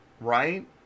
right